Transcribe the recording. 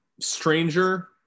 Stranger